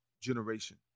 generation